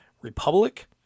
republic